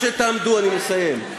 אני מסיים.